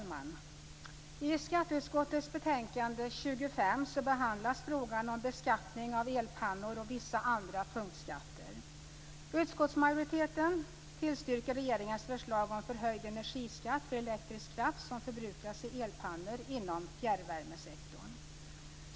Herr talman! I skatteutskottets betänkande 25 behandlas frågan om beskattning av elpannor och vissa andra punktskatter. Utskottsmajoriteten tillstyrker regeringens förslag om förhöjd energiskatt för elektrisk kraft som förbrukas i elpannor inom fjärrvärmesektorn.